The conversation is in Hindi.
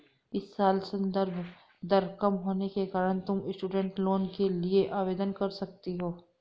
इस साल संदर्भ दर कम होने के कारण तुम स्टूडेंट लोन के लिए आवेदन कर सकती हो